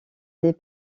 des